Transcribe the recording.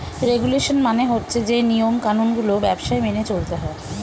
regulation মানে হচ্ছে যে নিয়ম কানুন গুলো ব্যবসায় মেনে চলতে হয়